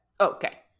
Okay